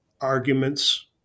arguments